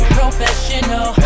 professional